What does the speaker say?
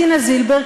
דינה זילבר,